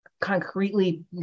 concretely